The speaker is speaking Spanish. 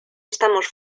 estamos